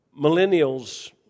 millennials